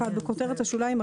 בכותרת השוליים,